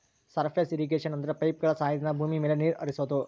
surface irrigation ಅಂದ್ರೆ ಪೈಪ್ಗಳ ಸಹಾಯದಿಂದ ಭೂಮಿ ಮೇಲೆ ನೀರ್ ಹರಿಸೋದು